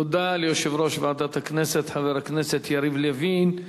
תודה ליושב-ראש ועדת הכנסת, חבר הכנסת יריב לוין.